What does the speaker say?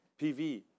PV